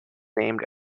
named